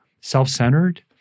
self-centered